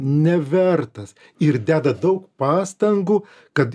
nevertas ir deda pastangų kad